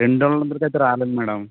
రెండొందలకి అయితే రాలేను మ్యాడమ్